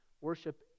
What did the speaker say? Worship